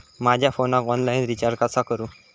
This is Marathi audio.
माझ्या फोनाक ऑनलाइन रिचार्ज कसा करू?